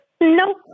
no